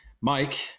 Mike